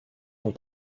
font